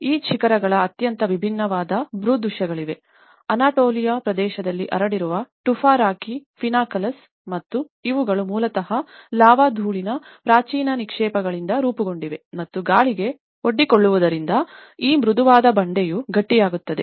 ಈ ಶಿಖರಗಳ ಅತ್ಯಂತ ವಿಭಿನ್ನವಾದ ಭೂದೃಶ್ಯಗಳಿವೆ ಅನಾಟೋಲಿಯನ್ ಪ್ರದೇಶದಲ್ಲಿ ಹರಡಿರುವ ಟುಫಾ ರಾಕ್ ಪಿನಾಕಲ್ಸ್ ಮತ್ತು ಇವುಗಳು ಮೂಲತಃ ಲಾವಾ ಧೂಳಿನ ಪ್ರಾಚೀನ ನಿಕ್ಷೇಪಗಳಿಂದ ರೂಪುಗೊಂಡಿವೆ ಮತ್ತು ಗಾಳಿಗೆ ಒಡ್ಡಿಕೊಳ್ಳುವುದರಿಂದ ಈ ಮೃದುವಾದ ಬಂಡೆಯು ಗಟ್ಟಿಯಾಗುತ್ತದೆ